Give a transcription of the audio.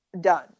done